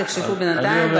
תחשבו בינתיים.